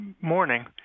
morning